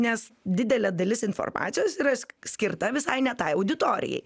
nes didelė dalis informacijos yra skirta visai ne tai auditorijai